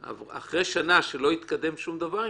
אחרי שנה שלא התקדם עם זה שום דבר,